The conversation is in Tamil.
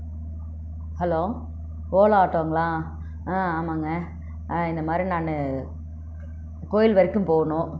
ஹலோ ஓலோ ஆட்டோங்களா ஆ ஆமாங்க இந்தமாதிரி நான் கோயில் வரைக்கும் போகணும்